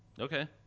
okay